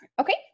Okay